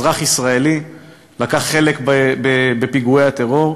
אזרח ישראלי לקח חלק בפיגועי הטרור,